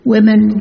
Women